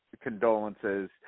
condolences